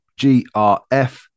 GRF